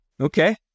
Okay